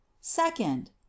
second